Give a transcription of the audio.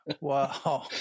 wow